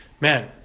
man